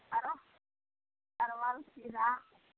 आरो परवल खीरा